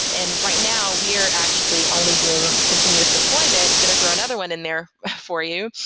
and right now, we are actually only doing continuous deployment, going to throw another one in there for you,